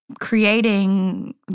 creating